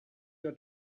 your